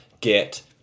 Get